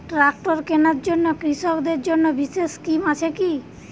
Tractor কেনার জন্য কৃষকদের জন্য বিশেষ স্কিম আছে কি?